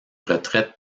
retraites